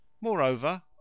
Moreover